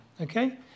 Okay